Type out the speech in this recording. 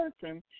person